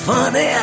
Funny